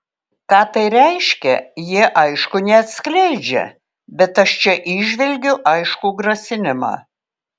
ką tai reiškia jie aišku neatskleidžia bet čia aš įžvelgiu aiškų grasinimą